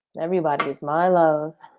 everybody is my love.